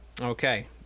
Okay